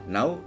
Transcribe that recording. Now